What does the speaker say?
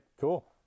cool